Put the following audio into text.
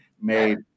made